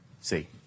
See